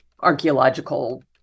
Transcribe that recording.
archaeological